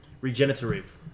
Regenerative